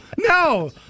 no